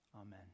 Amen